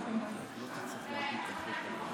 אה, לא הבנתי, חשבתי שאתה אמרת, לא, יש.